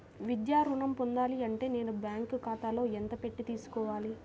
విద్యా ఋణం పొందాలి అంటే నేను బ్యాంకు ఖాతాలో ఎంత పెట్టి తీసుకోవాలి?